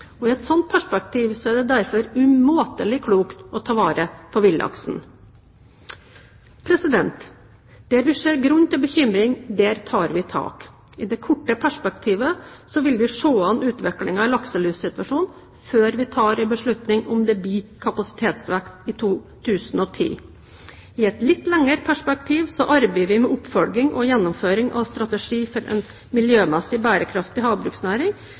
I et slikt perspektiv er det derfor umåtelig klokt å ta vare på villaksen. Der vi ser grunn til bekymring, tar vi tak. I det korte perspektivet vil vi se an utviklingen i lakselussituasjonen før vi tar beslutning om det blir kapasitetsvekst i 2010. I et litt lengre perspektiv arbeider vi med oppfølging og gjennomføring av Strategi for en miljømessig bærekraftig havbruksnæring,